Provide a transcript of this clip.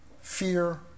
fear